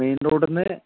main റോഡിൽ നിന്ന്